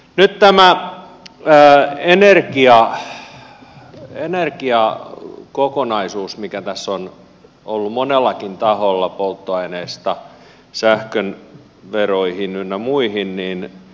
nyt tämä energiakokonaisuus mikä tässä on ollut monellakin taholla polttoaineesta sähkön veroihin ynnä muuta